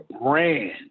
brand